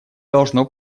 должно